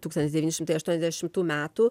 tūkstantis devyni šimtai aštuoniasdešimtų metų